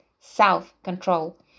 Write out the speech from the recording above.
Self-control